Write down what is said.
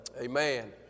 Amen